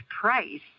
price